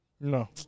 No